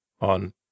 on